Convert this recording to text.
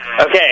Okay